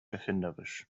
erfinderisch